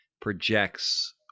projects